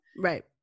right